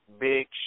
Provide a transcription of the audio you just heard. big